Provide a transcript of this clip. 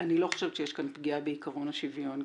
אני לא חושבת שיש כאן פגיעה בעקרון השוויון,